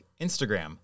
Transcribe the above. Instagram